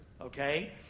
Okay